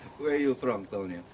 where you from tony?